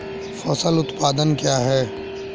फसल उत्पादन क्या है?